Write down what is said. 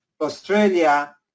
Australia